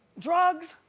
drugs.